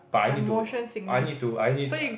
but I need to I need to I need